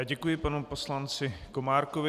Děkuji panu poslanci Komárkovi.